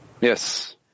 Yes